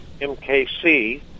MKC